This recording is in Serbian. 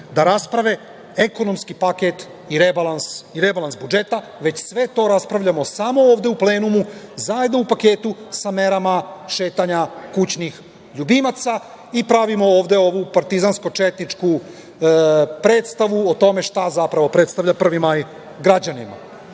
da rasprave ekonomski paket i rebalans budžeta, već sve to raspravljamo samo ovde u plenumu, zajedno u paketu sa merama šetanja kućnih ljubimaca i pravimo ovde ovu partizansko četničku predstavu o tome šta zapravo predstavlja 1. maj građanima.